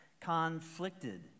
conflicted